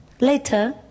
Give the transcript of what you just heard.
later